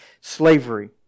slavery